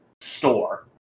store